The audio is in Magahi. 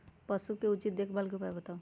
पशु के उचित देखभाल के उपाय बताऊ?